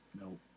Nope